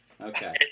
Okay